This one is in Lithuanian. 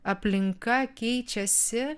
aplinka keičiasi